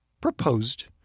proposed